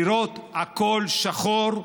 לראות הכול שחור?